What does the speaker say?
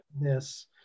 yes